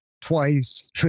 twice